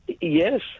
Yes